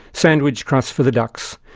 sandwich crusts for the ducks.